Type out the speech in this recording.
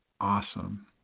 awesome